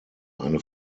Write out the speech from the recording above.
eine